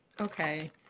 Okay